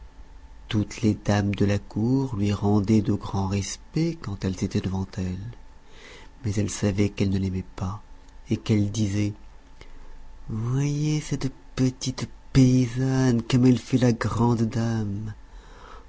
toutes les dames de la cour lui rendaient de grands respects quand elles étaient devant elle mais elle savait qu'elles ne l'aimaient pas et qu'elles disaient voyez cette petite paysanne comme elle fait la grande dame